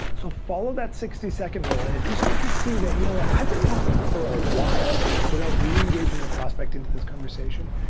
so follow that sixty second rule, and if you start to see that, you know what, i've been talking for awhile without reengaging the prospect into this conversation,